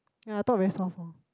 ya I talk very soft hor